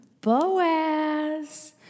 Boaz